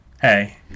Hey